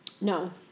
No